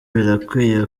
birakwiye